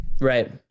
right